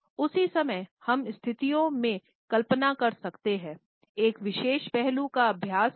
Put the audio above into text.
उस ही समय हम स्थितियों में कल्पना कर सकते हैं एक विशेष पहलू का अभ्यास करना